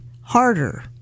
harder